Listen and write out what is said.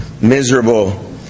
miserable